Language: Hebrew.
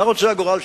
מה רוצה הגורל?